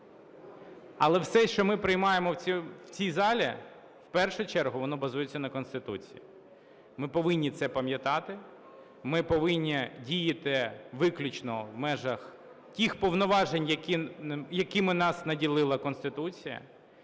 Але все, що ми приймаємо в цій залі, в першу чергу воно базується на Конституції. Ми повинні це пам'ятати, ми повинні діяти виключно в межах тих повноважень, якими нас наділила Конституція,